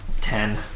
Ten